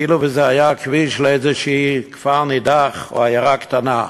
כאילו היה כביש לאיזה כפר נידח או עיירה קטנה.